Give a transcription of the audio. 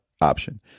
option